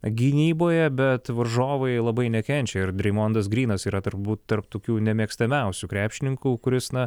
gynyboje bet varžovai labai nekenčia ir dreimondas grynas yra turbūt tarp tokių nemėgstamiausių krepšininkų kuris na